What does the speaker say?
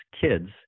kids